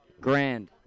Grand